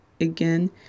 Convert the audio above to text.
again